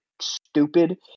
stupid